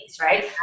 right